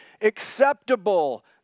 acceptable